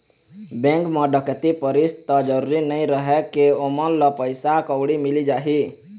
bank म डकैती परिस त जरूरी नइ रहय के ओमन ल पइसा कउड़ी मिली जाही